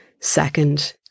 second